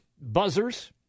buzzers